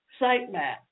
sitemap